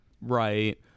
Right